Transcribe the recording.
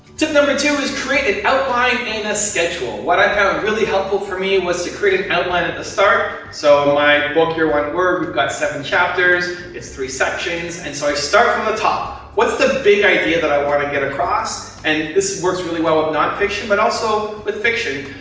tip number two, is create an outline and a schedule. what i found really helpful for me, and was to create an outline at the start. so, my book, your one word, we've got seven chapters, it's three sections. and so, i start from the top. what's the big idea, that i want to get across? and this works really well with nonfiction, but also with fiction.